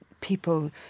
people